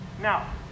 now